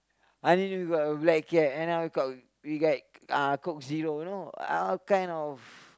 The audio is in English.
I need to got a black cap and another cap we like uh coke zero you know all kind of